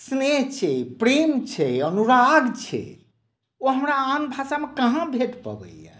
स्नेह छै प्रेम छै अनुराग छै ओ हमरा भाषामे कहाँ भेट पबैया